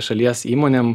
šalies įmonėm